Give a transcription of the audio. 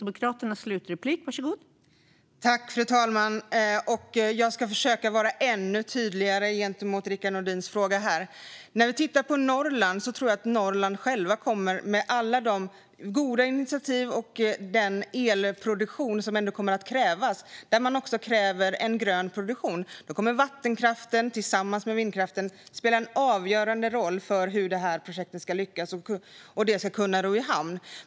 Fru talman! Jag ska försöka vara ännu tydligare i svaret på Rickard Nordins fråga. När det gäller Norrland tror jag att Norrland självt kommer med alla de goda initiativ och den elproduktion som kommer att krävas. Man kräver en grön produktion. Vattenkraften kommer tillsammans med vindkraften att spela en avgörande roll för hur projektet ska lyckas och hur det ska kunna ros i hamn.